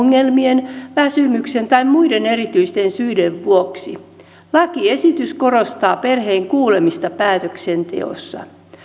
ongelmien väsymyksen tai muiden erityisten syiden vuoksi lakiesitys korostaa perheen kuulemista päätöksenteossa